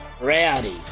Rowdy